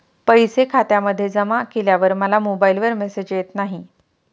पैसे खात्यामध्ये जमा केल्यावर मला मोबाइलवर मेसेज येत नाही?